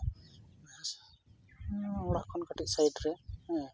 ᱚᱱᱟ ᱚᱲᱟᱜ ᱠᱷᱚᱱ ᱠᱟᱹᱴᱤᱡ ᱥᱟᱭᱤᱴ ᱨᱮ ᱦᱮᱸ